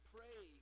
Pray